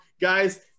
guys